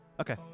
Okay